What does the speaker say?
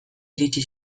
iritsi